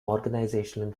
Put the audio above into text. organizational